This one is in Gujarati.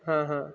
હા હા